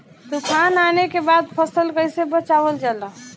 तुफान आने के बाद फसल कैसे बचावल जाला?